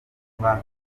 guha